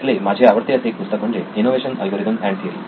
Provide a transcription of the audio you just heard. त्यातले माझे आवडते असे एक पुस्तक म्हणजे इनोव्हेशन अल्गोरिथम अँड थिअरी